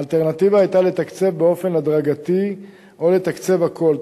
האלטרנטיבה היתה לתקצב באופן הדרגתי או לתקצב הכול,